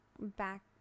back